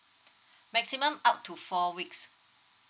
maximum up to four weeks